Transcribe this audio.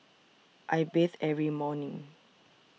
I bathe every morning